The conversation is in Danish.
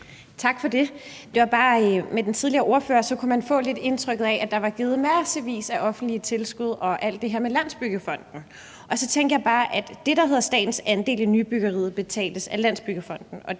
bare, fordi man med den tidligere ordfører lidt kunne få indtrykket af, at der var givet massevis af offentlige tilskud, og så alt det her med Landsbyggefonden. Og så tænker jeg bare, at det, der hedder statens andel i nybyggeriet, betales af Landsbyggefonden.